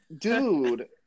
dude